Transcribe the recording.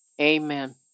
Amen